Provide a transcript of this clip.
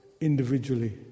individually